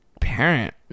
parent